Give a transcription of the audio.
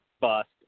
bust